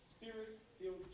Spirit-filled